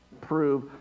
prove